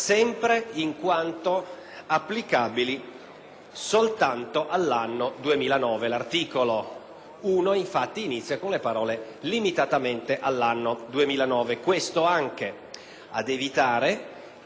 soltanto all'anno 2009. L'articolo 1 si apre infatti con le parole: «Limitatamente all'anno 2009»; questo anche per evitare che con un decreto-legge si vadano a